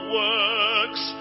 works